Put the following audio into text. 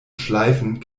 schleifen